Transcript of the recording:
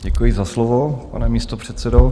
Děkuji za slovo, pane místopředsedo.